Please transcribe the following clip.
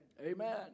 Amen